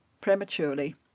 prematurely